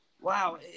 wow